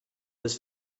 was